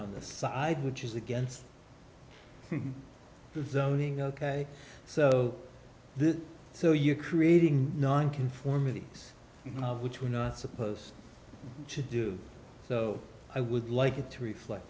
on the side which is against the zoning ok so this so you're creating nonconformity which we're not supposed to do so i would like it to reflect